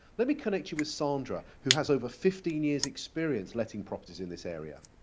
let me connect you with sandra who has over fifteen years' experience letting properties in this area.